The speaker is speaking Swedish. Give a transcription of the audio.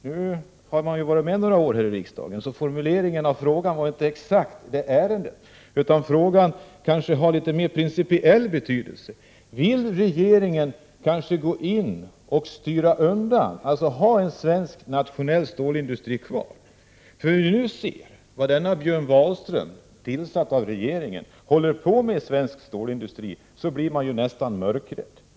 När man varit med några år i riksdagen vet man att en fråga kanske inte får exakt beröra det aktuella ärendet, utan frågan måste ha en principiell betydelse. Vill regeringen gå in för att försöka behålla en svensk nationell stålindustri? När man ser vad Björn Wahlström, tillsatt av regeringen, håller på med inom svensk stålindustri blir man nästan mörkrädd.